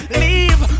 leave